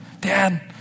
Dad